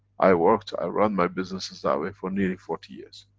i worked, i run my businesses that way for nearly forty years.